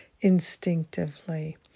instinctively